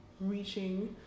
reaching